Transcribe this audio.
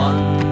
One